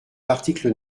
l’article